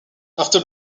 after